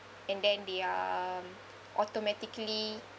and then they are automatically